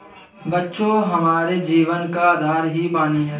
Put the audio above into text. बच्चों हमारे जीवन का आधार ही पानी हैं